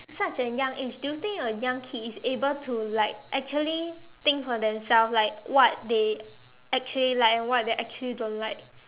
such a young age do you think a young kid is able to like actually think for themselves like what they actually like and what they actually don't like